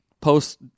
post